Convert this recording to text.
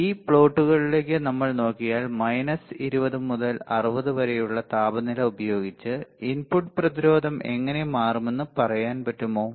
ഈ പ്ലോട്ടുകളിലേക്ക് നമ്മൾ നോക്കിയാൽ മൈനസ് 20 മുതൽ 60 വരെയുള്ള താപനില ഉപയോഗിച്ച് ഇൻപുട്ട് പ്രതിരോധം എങ്ങനെ മാറുമെന്ന് പറയാൻ പറ്റുമോ